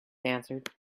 answered